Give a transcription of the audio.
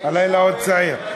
הלילה עוד צעיר.